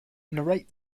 narrate